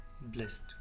blessed